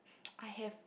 I have